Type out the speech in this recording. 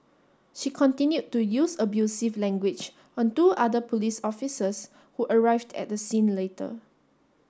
she continued to use abusive language on two other police officers who arrived at the scene later